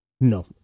no